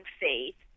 faith